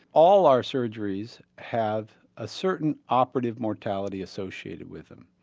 all our surgeries have a certain operative mortality associated with them.